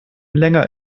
länger